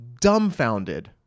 dumbfounded